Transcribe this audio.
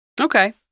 Okay